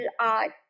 art